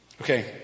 Okay